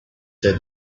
that